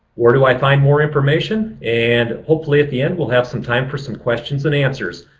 where do i find more information? and hopefully at the end we'll have some time for some questions and answers.